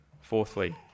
Fourthly